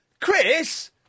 Chris